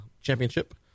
Championship